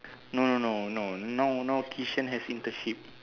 no no no no no now has internship